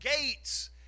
Gates